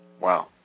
Wow